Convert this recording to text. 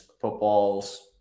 footballs